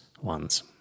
ones